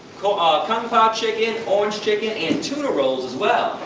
ah kung pao chicken, orange chicken and tuna rolls, as well.